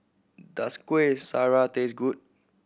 does Kuih Syara taste good